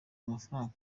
amafaranga